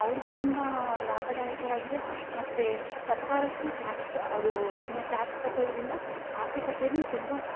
ಅವ್ರಿಗು ತುಂಬ ಲಾಭದಾಯಕವಾಗಿದೆ ಮತ್ತು ಸರ್ಕಾರಕ್ಕೂ ಟ್ಯಾಕ್ಸ್ ಅವರು ತುಂಬ ಟ್ಯಾಕ್ಸ್ ಕಟ್ಟೋದರಿಂದ ಆರ್ಥಿಕತೆಯಲಿ ತುಂಬ